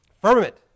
Firmament